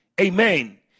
amen